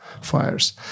fires